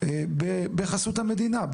בחסות המדינה.